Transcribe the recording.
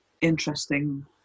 interesting